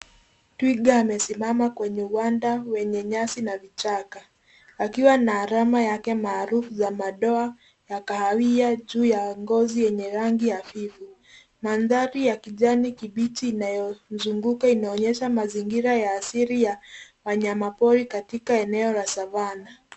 Twiga amesimama kwenye uwanja wenye nyasi na vichaka akiwa na alama yake maarufu za madoa ya kahawia juu ya ngozi yenye rangi hafifu. Mandhari ya kijani kibichi inayozunguka inaonyesha mazingira ya asili ya wanyama pori katika eneo la savana.